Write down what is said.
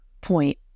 point